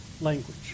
language